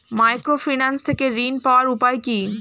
Microfinance থেকে ঋণ পাওয়ার উপায় কি?